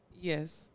Yes